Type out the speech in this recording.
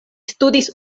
studis